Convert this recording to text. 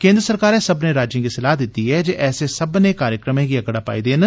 केन्द्र सरकारै सब्मने राज्यें गी सलाह दित्ती ऐ जे ऐसे सब्मनें कार्यक्रमें गी अगड़ा पाई देन